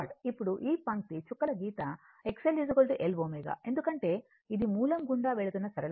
ఇప్పుడు ఈ పంక్తి చుక్కల గీత XLL ω ఎందుకంటే ఇది మూలం గుండా వెళుతున్న సరళ రేఖ